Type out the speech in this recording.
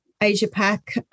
Asia-Pac